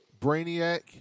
Brainiac